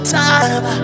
time